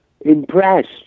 impressed